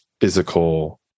physical